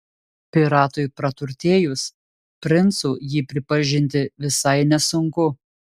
piratui praturtėjus princu jį pripažinti visai nesunku